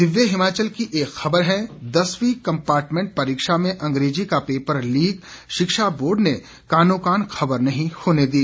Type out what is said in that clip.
दिव्य हिमाचल की एक खबर है दसवीं कंपार्टमेंट परीक्षा में अंग्रेजी का पेपर लीक शिक्षा बोर्ड ने कानोंकान खबर नहीं होने दी